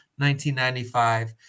1995